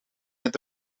met